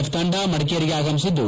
F ತಂಡ ಮಡಿಕೇರಿಗೆ ಆಗಮಿಸಿದ್ದು